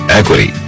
equity